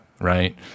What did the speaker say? right